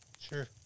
Sure